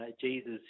Jesus